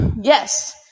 Yes